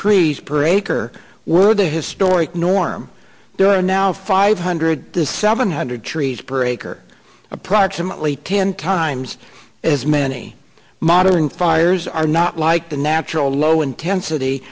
trees per acre were the historic norm there are now five hundred seven hundred trees per acre approximately ten times as many modern fires are not like the natural low intensity